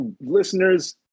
Listeners